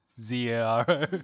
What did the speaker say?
Z-A-R-O